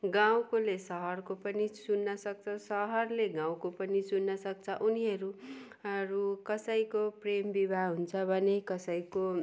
गाउँकोले सहरको पनि चुन्न सक्छ सहरले गाउँको पनि चुन्न सक्छ उनीहरू हरू कसैको प्रेम विवाह हुन्छ भने कसैको